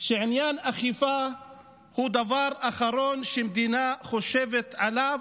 שעניין האכיפה הוא הדבר האחרון שמדינה חושבת עליו.